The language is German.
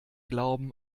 glauben